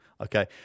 okay